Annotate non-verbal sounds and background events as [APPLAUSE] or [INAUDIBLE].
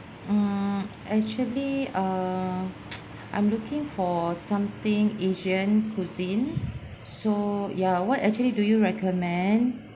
mm actually err [NOISE] I'm looking for something asian cuisine so ya what actually do you recommend